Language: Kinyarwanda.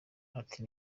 ati